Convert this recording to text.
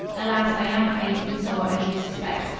alas, i am faint and sore, as you suspect.